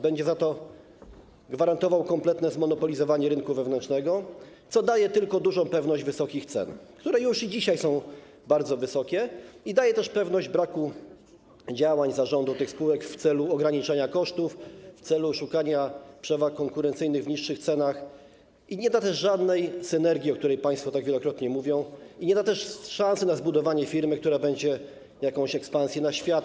Będzie za to gwarantował kompletne zmonopolizowanie rynku wewnętrznego, co daje tylko dużą pewność wysokich cen, które już dzisiaj są bardzo wysokie, daje też pewność braku działań zarządu tych spółek w celu ograniczania kosztów, w celu szukania przewag konkurencyjnych w niższych cenach, nie da też żadnej synergii, o której państwo wielokrotnie mówią, nie da też szansy na zbudowanie firmy, która będzie miała jakąś ekspansję na świat.